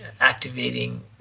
activating